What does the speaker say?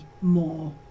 more